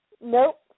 Nope